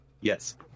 Yes